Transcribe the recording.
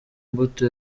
mbuto